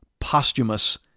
posthumous